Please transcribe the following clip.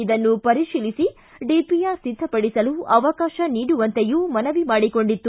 ಇದನ್ನು ಪರಿಶೀಲಿಸಿ ಡಿಪಿಆರ್ ಸಿದ್ದಪಡಿಸಲು ಅವಕಾಶ ನೀಡುವಂತೆಯೂ ಮನವಿ ಮಾಡಿಕೊಂಡಿತ್ತು